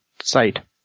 site